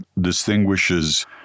distinguishes